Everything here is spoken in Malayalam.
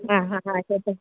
ആ ആ ശരി ശരി